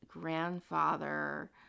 grandfather